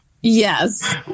yes